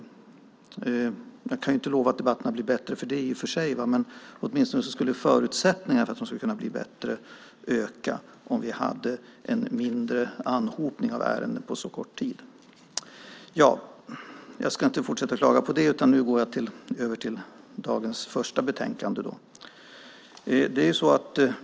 Jag kan i och för sig inte lova att debatterna blir bättre, men åtminstone skulle förutsättningarna för att de ska bli bättre öka om vi hade en mindre anhopning av ärenden på så kort tid. Jag ska inte fortsätta att klaga på det, utan nu går jag över till dagens första betänkande.